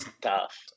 Tough